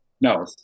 no